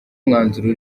umwanzuro